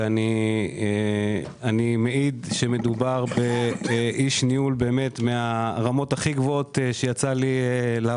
ואני מעיד שמדובר באיש ניהול ברמות הכי גבוהות